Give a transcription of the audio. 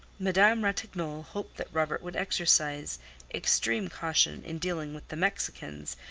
madame ratignolle hoped that robert would exercise extreme caution in dealing with the mexicans,